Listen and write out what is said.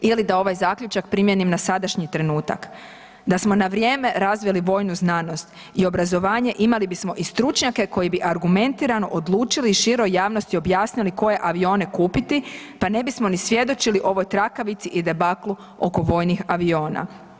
Ili da ovaj zaključak primijenim na sadašnji trenutak, da smo na vrijeme razvili vojnu znanost i obrazovanje imali bismo i stručnjake koji bi argumentirano odlučili i široj javnosti objasnili koje avione kupiti pa ne bismo ni svjedočili ovoj trakavici i debaklu oko vojnih aviona.